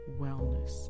wellness